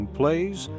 plays